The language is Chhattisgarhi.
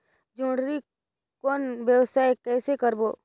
जोणी कौन व्यवसाय कइसे करबो?